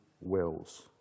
wills